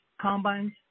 combines